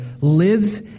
lives